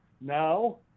now